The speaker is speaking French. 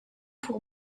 pour